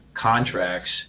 contracts